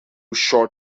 short